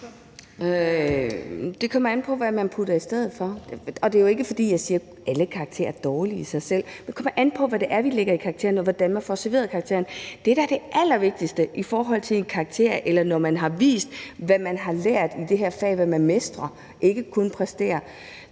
Det kommer an på, hvad man putter i stedet for. Og det er jo ikke, fordi jeg siger, at alle karakterer er dårlige i sig selv. Det kommer an på, hvad det er, vi lægger i karaktererne, og hvordan man får karaktererne serveret. Det, der er det allervigtigste i forhold til en karakter, eller når man har vist, hvad man har lært i et fag, altså hvad man mestrer og ikke kun kan præstere,